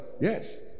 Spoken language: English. Yes